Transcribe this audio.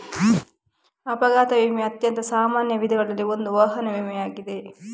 ಅಪಘಾತ ವಿಮೆಯ ಅತ್ಯಂತ ಸಾಮಾನ್ಯ ವಿಧಗಳಲ್ಲಿ ಇಂದು ವಾಹನ ವಿಮೆಯಾಗಿದೆ